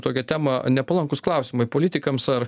tokią temą nepalankūs klausimai politikams ar